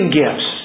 gifts